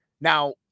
Now